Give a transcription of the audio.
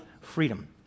freedom